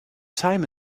time